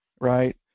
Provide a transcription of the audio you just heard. right